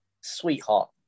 Sweetheart